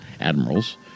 admirals